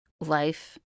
life